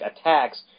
attacks